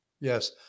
Yes